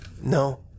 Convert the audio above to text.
No